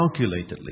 calculatedly